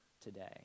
today